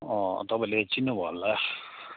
तपाईँले चिन्नुभयो होला